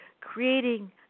creating